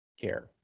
care